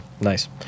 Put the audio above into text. Nice